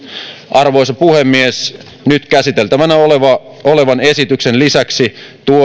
arvoisa puhemies nyt käsiteltävänä olevan esityksen lisäksi